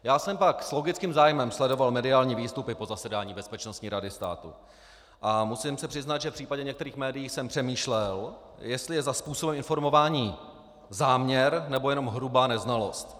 Já jsem pak s logickým zájmem sledoval mediální výstupy po zasedání Bezpečnostní rady státu a musím se přiznat, že v případě některých médií jsem přemýšlel, jestli je za způsobem informování záměr, nebo jenom hrubá neznalost.